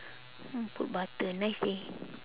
hmm put butter nice eh